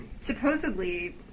supposedly